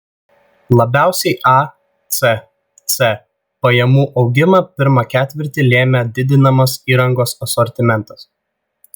labiausiai acc pajamų augimą pirmą ketvirtį lėmė didinamas įrangos asortimentas